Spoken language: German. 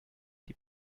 die